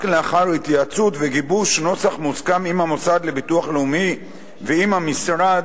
לאחר התייעצות וגיבוש נוסח מוסכם עם המוסד לביטוח לאומי ועם המשרד,